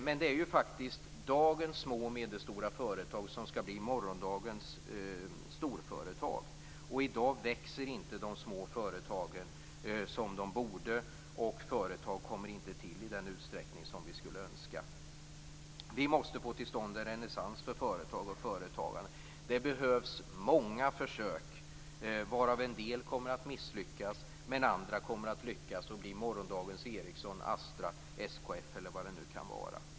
Men det är dagens små och medelstora företag som skall bli morgondagens storföretag. I dag växer inte de små företagen som de borde, och företag kommer inte till i den utsträckning som vi skulle önska. Vi måste få till stånd en renässans för företag och företagare. Det behövs många försök, varav en del kommer att misslyckas medan andra kommer att lyckas och bli morgondagens Ericsson, Astra, SKF eller vad det nu kan vara.